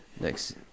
next